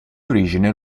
origine